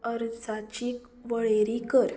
वर्साची वळेरी कर